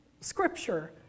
scripture